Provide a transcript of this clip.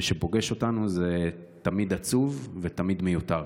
וכשזה פוגש אותנו, זה תמיד עצוב ותמיד מיותר.